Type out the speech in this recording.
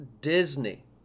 Disney